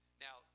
Now